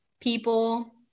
people